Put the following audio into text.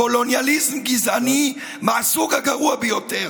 קולוניאליזם גזעני מהסוג הגרוע ביותר.